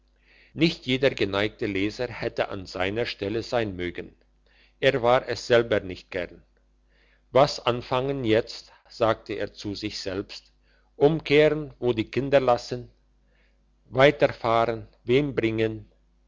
nicht jeder geneigte leser hätte an seiner stelle sein mögen er war es selber nicht gern was anfangen jetzt sagte er zu sich selbst umkehren wo die kinder lassen weiter fahren wem bringen